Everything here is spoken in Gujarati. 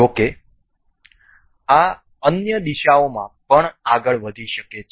જો કે આ અન્ય દિશાઓમાં પણ આગળ વધી શકે છે